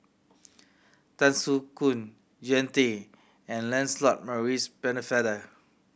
Tan Soo Khoon Jean Tay and Lancelot Maurice Pennefather